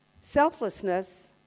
selflessness